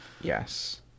Yes